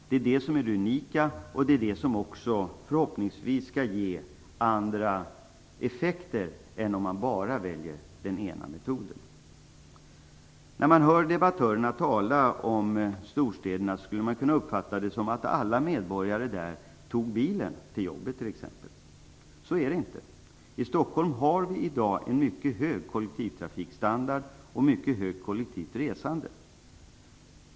Det är detta som är det unika och det som förhoppningsvis skall ge andra effekter än dem som man fått om man bara hade valt den ena metoden. När man hör debattörerna tala om storstäderna skulle man kunna uppfatta det så att alla medborgare där tar bilen, t.ex. till jobbet. Så är det inte. I Stockholm har vi i dag en mycket hög kollektivtrafikstandard och en mycket hög andel kollektivt resande.